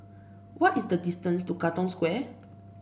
what is the distance to Katong Square